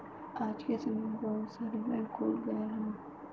आज के समय में बहुत सारे बैंक खुल गयल हौ